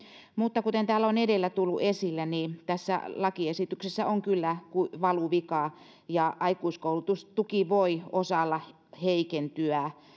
mutta kuten täällä on edellä tullut esille niin tässä lakiesityksessä on kyllä valuvika ja aikuiskoulutustuki voi osalla heikentyä